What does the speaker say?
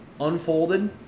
unfolded